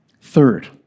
Third